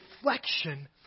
reflection